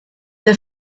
the